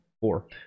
four